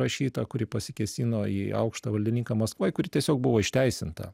rašyta kuri pasikėsino į aukštą valdininką maskvoj kuri tiesiog buvo išteisinta